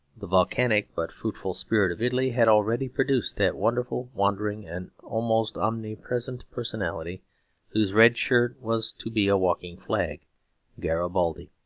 the volcanic but fruitful spirit of italy had already produced that wonderful, wandering, and almost omnipresent personality whose red shirt was to be a walking flag garibaldi.